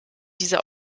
diese